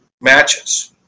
matches